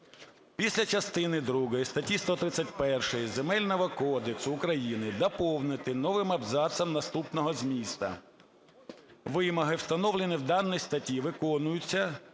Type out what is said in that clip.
після частини другої статті 131 Земельного кодексу України доповнити новим абзацом наступного змісту: "Вимоги, встановлені в даній статті, виконуються